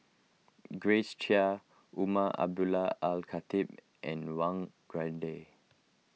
Grace Chia Umar Abdullah Al Khatib and Wang